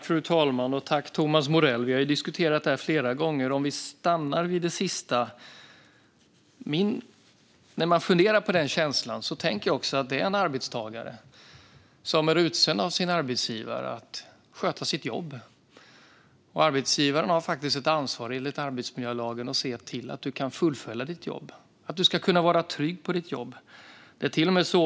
Fru talman! Vi har diskuterat det här flera gånger. Låt oss stanna vid det sista: När jag funderar på den känslan tänker jag också att det är en arbetstagare som är utsänd av sin arbetsgivare att sköta sitt jobb. Arbetsgivaren har faktiskt ett ansvar enligt arbetsmiljölagen att se till att du kan fullfölja ditt jobb och kan vara trygg på ditt jobb.